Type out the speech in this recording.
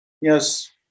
Yes